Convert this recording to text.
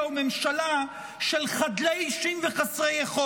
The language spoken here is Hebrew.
וממשלה של חדלי אישים וחסרי יכולת.